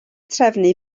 trefnu